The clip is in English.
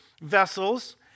vessels